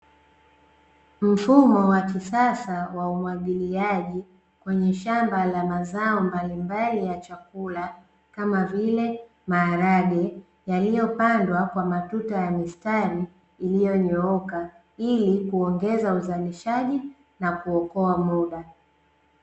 Mfumo wa kisasa wa umwagiliaji kwenye shamba la mazao mbalimbali ya chakula, kama vile maharage yaliyo pandwa kwa matuta ya mistari iliyo nyooka ili kuongeza uzalishaji na kuokoa muda.